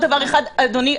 אני רוצה עוד דבר אחד, אדוני.